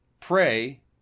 Pray